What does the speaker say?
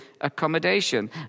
accommodation